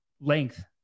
length